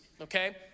okay